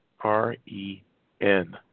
R-E-N